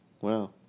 Wow